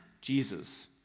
Jesus